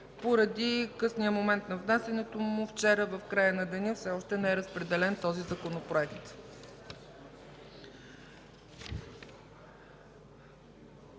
Поради късния момент на внасянето – вчера в края на деня, все още не е разпределен този Законопроект.